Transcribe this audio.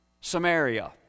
Samaria